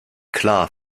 klar